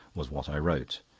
was what i wrote.